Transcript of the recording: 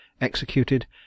EXECUTED